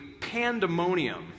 pandemonium